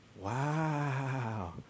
wow